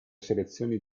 selezioni